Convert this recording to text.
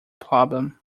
problem